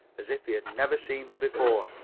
as if he had never seen me before,